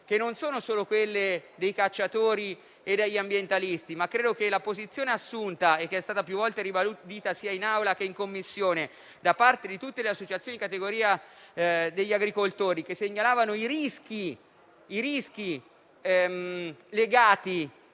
le posizioni non solo dei cacciatori e degli ambientalisti. Credo che la posizione assunta, che è stata più volte ribadita sia in Aula, sia in Commissione, da parte di tutte le associazioni di categoria degli agricoltori, che segnalavano i rischi legati